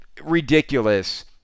ridiculous